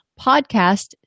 podcast